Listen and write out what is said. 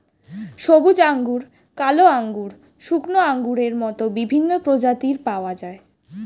সবুজ আঙ্গুর, কালো আঙ্গুর, শুকনো আঙ্গুরের মত বিভিন্ন প্রজাতির পাওয়া যায়